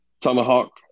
Tomahawk